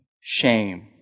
shame